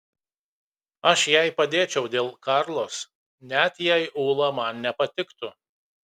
aš jai padėčiau dėl karlos net jei ula man nepatiktų